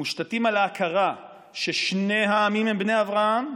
מושתתים על ההכרה ששני העמים הם בני אברהם,